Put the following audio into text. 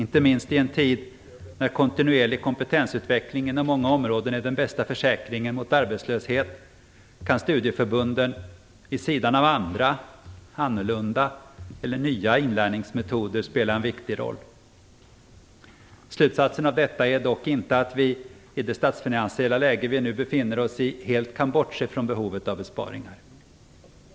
Inte minst i en tid när kontinuerlig kompetensutveckling inom många områden är den bästa försäkringen mot arbetslöshet kan studieförbunden, vid sidan av andra, annorlunda och nyare inläringsmetoder, spela en viktig roll. Slutsatsen av detta är dock inte att vi, i det statsfinansiella läge vi befinner oss i, helt kan bortse från behovet av besparingar.